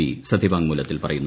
B സത്യവാങ്മൂലത്തിൽ പറയുന്നു